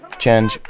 chenj,